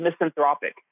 misanthropic